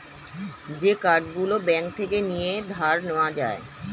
যে কার্ড গুলো ব্যাঙ্ক থেকে নিয়ে ধার নেওয়া যায়